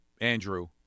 Andrew